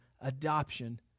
adoption